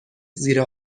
زیر